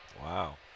Wow